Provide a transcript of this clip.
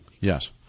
Yes